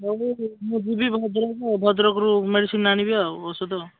ହଉ ମୁଁ ମୁଁ ଯିବି ଭଦ୍ରକ ଭଦ୍ରକରୁ ମେଡ଼ିସିନ୍ ଆଣିବି ଆଉ ଔଷଧ